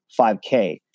5K